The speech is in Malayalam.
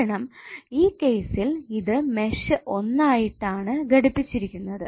കാരണം ഈ കേസിൽ ഇത് മെഷ് ഒന്നായിട്ട് ആണ് ഘടിപ്പിച്ചിരിക്കുന്നത്